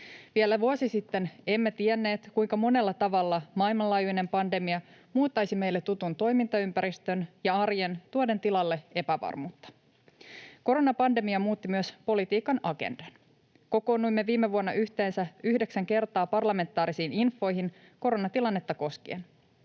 Vielä vuosi sitten emme tienneet, kuinka monella tavalla maailmanlaajuinen pandemia muuttaisi meille tutun toimintaympäristön ja arjen tuoden tilalle epävarmuutta. Koronapandemia muutti myös politiikan agendan. Kokoonnuimme viime vuonna yhteensä yhdeksän kertaa parlamentaarisiin infoihin koronatilannetta koskien.